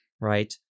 right